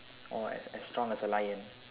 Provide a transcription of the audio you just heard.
or as as strong as a lion